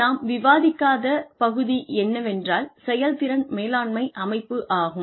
நாம் விவாதிக்காத பகுதி என்னவென்றால் செயல்திறன் மேலாண்மை அமைப்பு ஆகும்